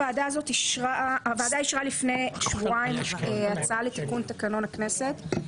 הוועדה אישרה לפני שבועיים הצעה לתיקון תקנון הכנסת.